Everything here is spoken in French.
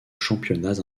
championnats